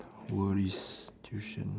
worries tuition